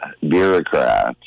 bureaucrats